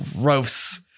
gross